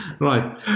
Right